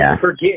Forget